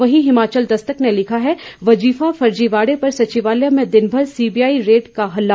वहीं हिमाचल दस्तक ने लिखा है वजीफा फर्जीबाड़े पर सचिवालय में दिनमर सीबीआई रेड का हल्ला